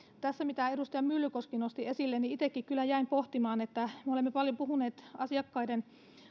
tämä mitä edustaja myllykoski nosti esille itsekin kyllä jäin pohtimaan että me olemme paljon puhuneet asiakkaiden